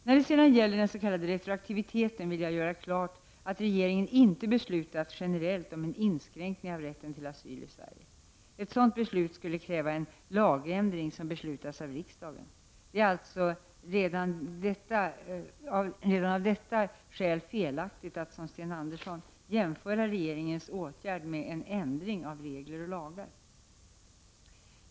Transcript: När det sedan gäller den s.k. retroaktiviteten vill jag göra klart att regeringen inte beslutat generellt om en inskränkning i rätten till asyl i Sverige. Ett sådant beslut skulle kräva en lagändring som beslutas av riksdagen. Det är alltså redan av detta skäl felaktigt att, som bl.a. Sten Andersson, jämföra regeringens åtgärd med ”ändring av regler och lagar”.